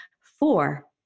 four